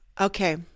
Okay